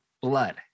blood